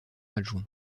adjoint